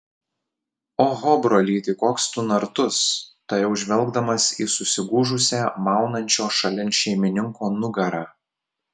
oho brolyti koks tu nartus tariau žvelgdamas į susigūžusią maunančio šalin šeimininko nugarą